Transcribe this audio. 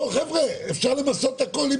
חבר'ה, אפשר למסות הכול.